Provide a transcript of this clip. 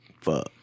fuck